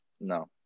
no